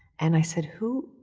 and i said, who,